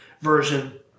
version